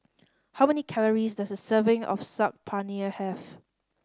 how many calories does a serving of Saag Paneer have